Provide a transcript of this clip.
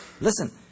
Listen